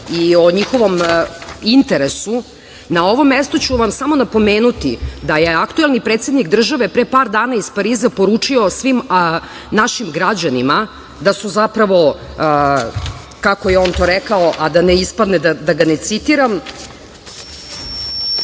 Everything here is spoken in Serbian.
i o njihovom interesu, na ovom mestu ću vam samo napomenuti da je aktuelni predsednik države pre par dana iz Pariza poručio svim našim građanima da su zapravo, kako je on to rekao a da ne ispadne da ga ne citiram